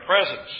presence